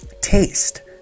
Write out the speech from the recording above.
Taste